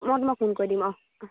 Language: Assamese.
মই তোমাক ফোন কৰি দিম অঁ